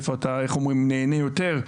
איפה אתה נהנה יותר,